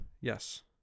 Yes